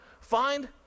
Find